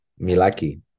Milaki